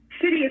city